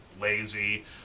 lazy